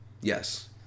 Yes